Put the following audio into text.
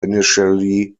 initially